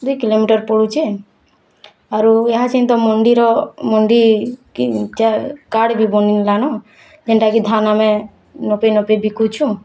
ଦୁଇ କିଲୋମିଟର୍ ପଡ଼ୁଛେ ଆରୁ ଏହା ସହିତ ମଣ୍ଡିର ମଣ୍ଡି କି କାର୍ଡ଼ ବି ବନିଲାଣ ଯେନ୍ତା କି ଧାନ୍ ମେ ମପେଇ ମପେଇ ବିକୁଛୁଁ